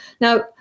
Now